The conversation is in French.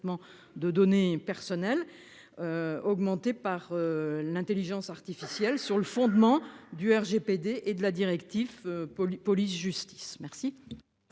de données personnelles. Augmenté par l'Intelligence artificielle sur le fondement du RGPD et de la directive. Police justice merci.